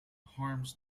harms